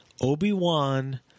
Obi-Wan